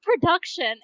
production